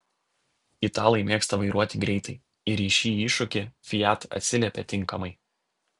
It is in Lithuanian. italai mėgsta vairuoti greitai ir į šį iššūkį fiat atsiliepia tinkamai